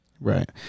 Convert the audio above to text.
Right